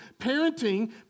Parenting